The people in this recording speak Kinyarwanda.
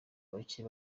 bacye